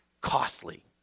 costly